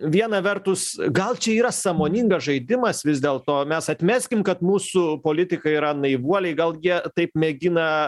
viena vertus gal čia yra sąmoningas žaidimas vis dėlto mes atmeskim kad mūsų politikai yra naivuoliai gal jie taip mėgina